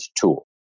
tool